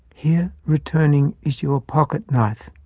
here returning is your pocket-knife.